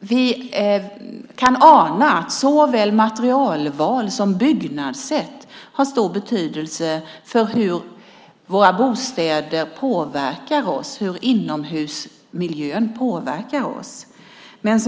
Vi kan ana att såväl materialval som byggnadssätt har stor betydelse för hur våra bostäder påverkar oss, hur inomhusmiljön påverkar oss. Men här